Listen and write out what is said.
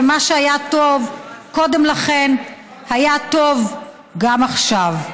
ומה שהיה טוב קודם לכן היה טוב גם עכשיו.